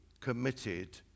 committed